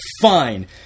fine